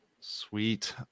Sweet